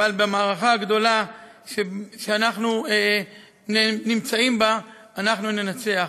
במערכה הגדולה שאנחנו נמצאים בה אנחנו ננצח.